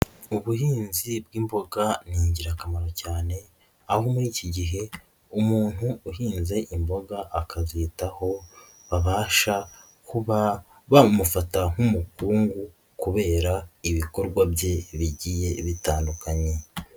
Ubuhinzi bw'imboga ni ingirakamaro cyane aho muri iki gihe umuntu uhinze imboga akazitaho babasha kuba bamufata nk'umukungugu kubera ibikorwa bye bigiye bitandukanye.